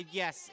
yes